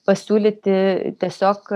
pasiūlyti tiesiog